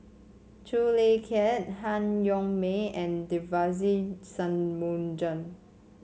Khoo Kay Hian Han Yong May and Devagi Sanmugam